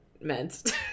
meant